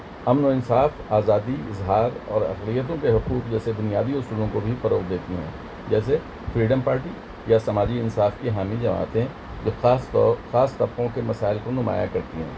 امن و انصاف آزادی اظہار اور اقلیتوں کے حقوق جیسے بنیادی اصولوں کو بھی فروغ دیتی ہیں جیسے فریڈم پارٹی یا سماجی انصاف کی حامی جماعتیں جو خاص طور خاص طبقوں کے مسائل کو نمایاں کرتی ہیں